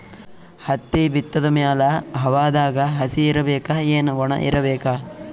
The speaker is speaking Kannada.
ಹತ್ತಿ ಬಿತ್ತದ ಮ್ಯಾಲ ಹವಾದಾಗ ಹಸಿ ಇರಬೇಕಾ, ಏನ್ ಒಣಇರಬೇಕ?